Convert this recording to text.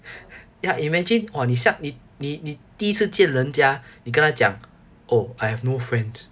ya imagine !wah! 你像你你你第一次见人家你跟他讲 oh I have no friends